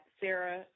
Sarah